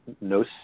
no